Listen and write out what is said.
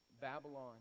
Babylon